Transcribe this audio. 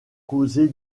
causé